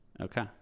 Okay